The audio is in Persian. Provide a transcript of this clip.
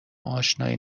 اشنایی